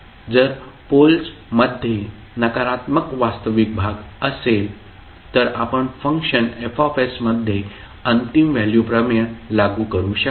जर पोलस्मध्ये नकारात्मक वास्तविक भाग असेल तर आपण फंक्शन F मध्ये अंतिम व्हॅल्यू प्रमेय लागू करू शकता